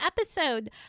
episode